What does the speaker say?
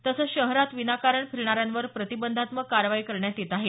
तसंच शहरात विनाकारण फिरणाऱ्यांवर प्रतिबंधात्मक कारवाई करण्यात येत आहे